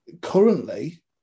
currently